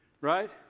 right